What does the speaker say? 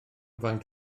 faint